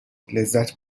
لذت